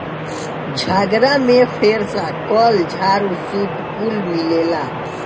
झगड़ा में फेरसा, कल, झाड़ू, सूप कुल मिलेला